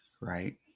right